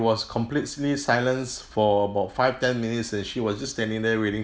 was completely silence for about five ten minutes and she was just standing there waiting